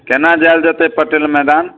केना जायल जेतै पटेल मैदान